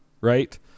right